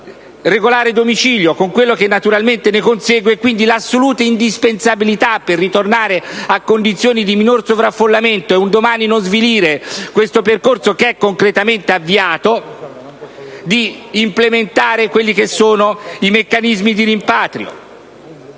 stabile domicilio, con quello che ne consegue e l'assoluta indispensabilità, per ritornare a condizioni di minor sovraffollamento e un domani non svilire questo percorso che è concretamente avviato, di implementare i meccanismi di rimpatrio.